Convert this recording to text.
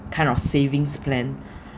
kind of savings plan